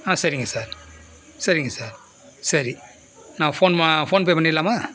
ஆ சரிங்க சார் சரிங்க சார் சரி நான் ஃபோன்மா ஃபோன்பே பண்ணிடலாமா